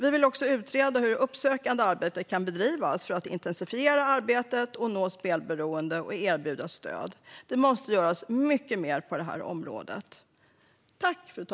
Vi vill också utreda hur uppsökande arbete kan bedrivas för att intensifiera arbetet, nå spelberoende och erbjuda stöd. Det måste göras mycket mer på området.